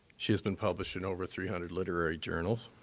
she has been published in over three hundred literary journals.